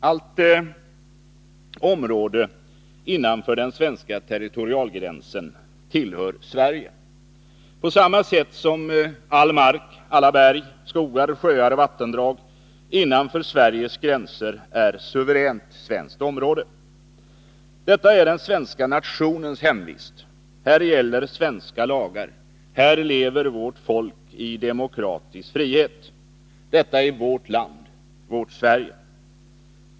Allt område innanför den svenska territorialvattengränsen tillhör Sverige på samma sätt som all mark, alla berg, skogar, sjöar och vattendrag innanför Sveriges gränser är suveränt svenskt område. Detta är den svenska nationens hemvist. Här gäller svenska lagar. Här lever vårt folk i demokratisk frihet. Detta är vårt land, vårt Sverige.